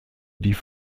die